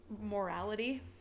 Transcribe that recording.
morality